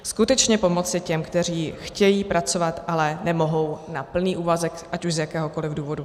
Skutečně pomoci těm, kteří chtějí pracovat, ale nemohou na plný úvazek ať už z jakéhokoliv důvodu.